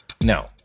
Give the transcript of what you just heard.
No